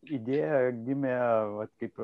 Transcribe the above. idėja gimė vat kaip